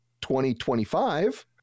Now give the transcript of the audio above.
2025